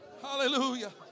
Hallelujah